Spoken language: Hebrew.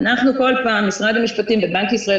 אנחנו כל פעם - משרד המשפטים ובנק ישראל,